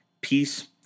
peace